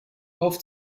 auf